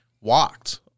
walked